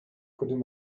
کدوم